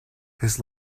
his